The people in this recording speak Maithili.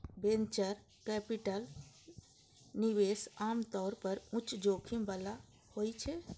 वेंचर कैपिटल निवेश आम तौर पर उच्च जोखिम बला होइ छै